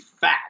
fat